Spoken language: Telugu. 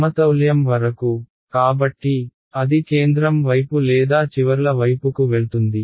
సమతౌల్యం వరకు కాబట్టి అది కేంద్రం వైపు లేదా చివర్ల వైపుకు వెళ్తుంది